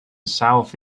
south